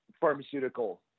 pharmaceutical